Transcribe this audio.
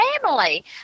family